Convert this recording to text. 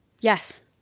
Yes